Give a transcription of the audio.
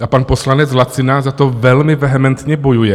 A pan poslanec Lacina za to velmi vehementně bojuje.